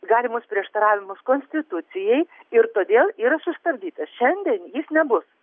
galimus prieštaravimus konstitucijai ir todėl yra sustabdytas šiandien jis nebus